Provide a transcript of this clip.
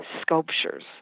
sculptures